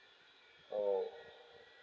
oh